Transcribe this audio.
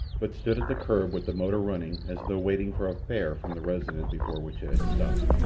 but stood at the kerb with the motor running as though waiting for a fare from the residence before which it had stopped.